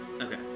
Okay